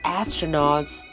astronauts